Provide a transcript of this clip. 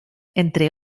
entre